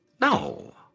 No